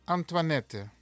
Antoinette